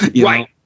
right